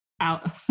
out